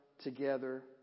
together